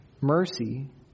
Mercy